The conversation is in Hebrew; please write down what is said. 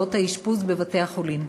להוצאות האשפוז בבתי-החולים.